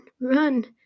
Run